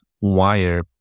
wire